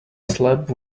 slab